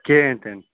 کِہیٖنۍ تہِ نہٕ